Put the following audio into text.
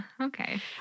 okay